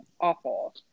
awful